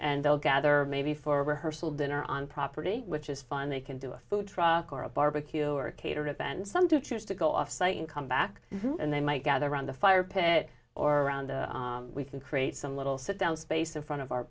and they'll gather maybe for rehearsal dinner on property which is fun they can do a food truck or a barbecue or catered event some to choose to go offsite and come back and they might gather around the fire pit or around we can create some little sit down space in front of our